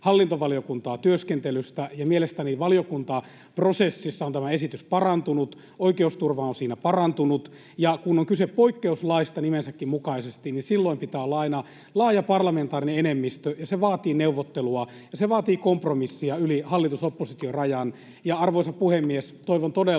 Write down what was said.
hallintovaliokuntaa työskentelystä. Mielestäni valiokuntaprosessissa on tämä esitys parantunut, oikeusturva on siinä parantunut, ja kun on kyse poikkeuslaista nimensäkin mukaisesti, niin silloin pitää olla aina laaja parlamentaarinen enemmistö, ja se vaatii neuvottelua, ja se vaatii kompromissia yli hallitus—oppositio-rajan. Arvoisa puhemies! Toivon todella